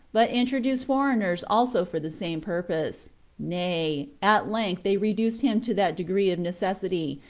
but introduced foreigners also for the same purpose nay, at length they reduced him to that degree of necessity,